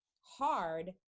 hard